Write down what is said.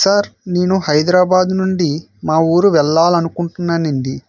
sir నేను హైదరాబాదు నుండి మా ఊరు వెళ్ళాలని అనుకుంటున్నాను అండి